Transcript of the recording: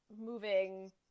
moving